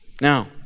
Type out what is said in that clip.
Now